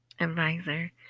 advisor